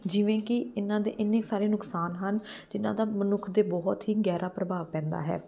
ਜਿਵੇਂ ਕਿ ਇਹਨਾਂ ਦੇ ਇੰਨੇ ਸਾਰੇ ਨੁਕਸਾਨ ਹਨ ਜਿਹਨਾਂ ਦਾ ਮਨੁੱਖ 'ਤੇ ਬਹੁਤ ਹੀ ਗਹਿਰਾ ਪ੍ਰਭਾਵ ਪੈਂਦਾ ਹੈ